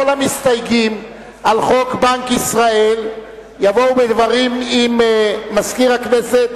כל המסתייגים על חוק בנק ישראל יבואו בדברים עם מזכיר הכנסת,